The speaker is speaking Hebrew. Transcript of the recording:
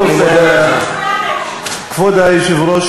כבוד היושב-ראש,